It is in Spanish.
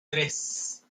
tres